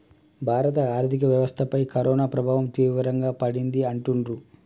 భారత ఆర్థిక వ్యవస్థపై కరోనా ప్రభావం తీవ్రంగా పడింది అంటుండ్రు